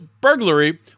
burglary